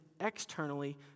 externally